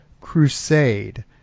crusade